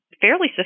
fairly